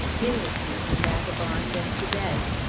in with you, you vagabond, and to bed!